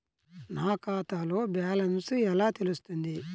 నా ఖాతాలో బ్యాలెన్స్ ఎలా తెలుస్తుంది?